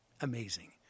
Amazing